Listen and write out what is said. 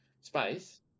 space